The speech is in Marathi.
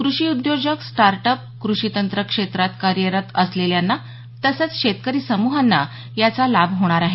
कृषी उद्योजक स्टार्टअप कृषी तंत्र क्षेत्रात कार्यरत असलेल्यांना तसंच शेतकरी समुहाला याचा लाभ होणार आहे